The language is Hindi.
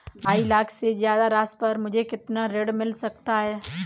ढाई लाख से ज्यादा राशि पर मुझे कितना ऋण मिल सकता है?